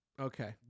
Okay